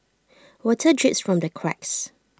water drips from the cracks